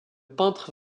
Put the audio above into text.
peintre